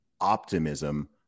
optimism